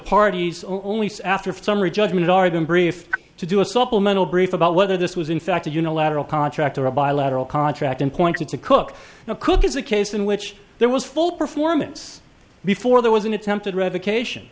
parties only after for summary judgment or even brief to do a supplemental brief about whether this was in fact a unilateral contract or a bilateral contract and pointed to cook a cook is a case in which there was full performance before there was an attempted revocation